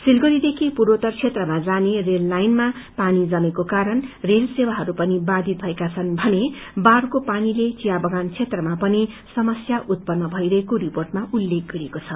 सिलगड़ीदेखि पूर्वोतर क्षेत्रमा जाने रेललाईनमा पानी जमेको कारण रेल सेवाहरू पनि वााधित भएका छन् भने बाढ़को पानीले चिया बगान क्षेत्रमा पनि समस्या उत्पन्न भइ रहेको रिर्पोटमा उल्लेख गरिएको छ